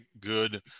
good